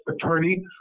attorney